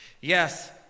Yes